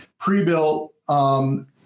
pre-built